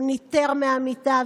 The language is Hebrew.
הוא ניתר מהמיטה,